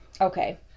Okay